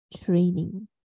training